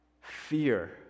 fear